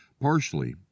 partially